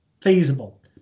feasible